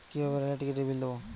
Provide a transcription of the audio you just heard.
কিভাবে রেলের টিকিটের বিল দেবো?